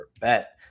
bet